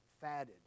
fatted